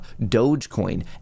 Dogecoin